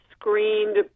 screened